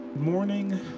morning